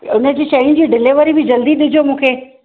हुनजी शयूं जी डिलेवरी बि जल्दी ॾिजो मूंखे